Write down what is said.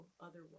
otherwise